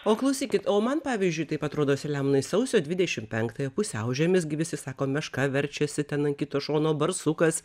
o klausykit o man pavyzdžiui taip atrodo selemonai sausio dvidešim penktąją pusiaužiemis gi visi sako meška verčiasi ten ant kito šono barsukas